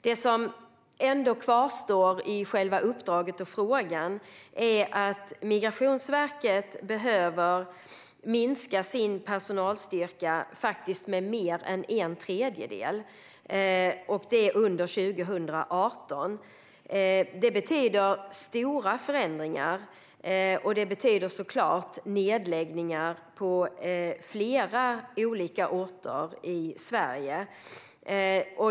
Det som ändå kvarstår i själva uppdraget och frågan är att Migrationsverket faktiskt behöver minska sin personalstyrka med mer än en tredjedel under 2018. Det betyder stora förändringar och naturligtvis nedläggningar på flera olika orter i Sverige.